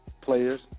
players